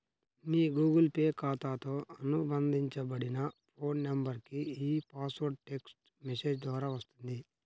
మీ Google Pay ఖాతాతో అనుబంధించబడిన phone నంబర్కు ఈ పాస్వర్డ్ టెక్ట్స్ మెసేజ్ ద్వారా వస్తుంది